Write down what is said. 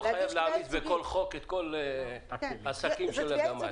לא חייבים להעמיס בכל חוק את כל השקים של הגמל.